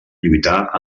lluitar